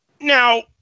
Now